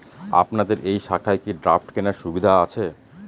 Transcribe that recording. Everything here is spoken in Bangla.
আপনাদের এই শাখায় কি ড্রাফট কেনার সুবিধা আছে?